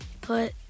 put